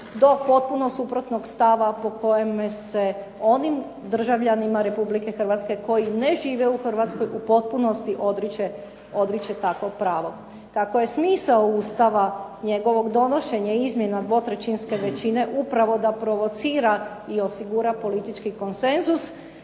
do potpuno suprotnog stava po kojem se onim državljanima Republike Hrvatske koji ne žive u Hrvatskoj u potpunosti odriče takvo pravo. Kako je smisao Ustava, njegovog donošenja i izmjena 2/3-ske većine upravo da provocira i osigura politički konsenzus,